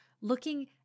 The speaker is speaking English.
looking